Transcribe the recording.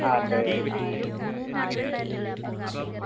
അതേ എ